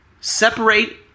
Separate